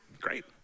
Great